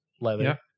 leather